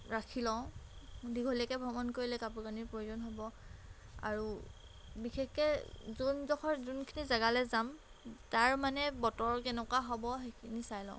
ৰাখি লওঁ দীঘলীয়াকৈ ভ্ৰমণ কৰিলে কাপোৰ কানিৰ প্ৰয়োজন হ'ব আৰু বিশেষকৈ যোনডখৰ যোনখিনি জাগালৈ যাম তাৰ মানে বতৰ কেনেকুৱা হ'ব সেইখিনি চাই লওঁ